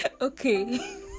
okay